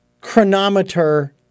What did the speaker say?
chronometer